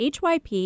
hyp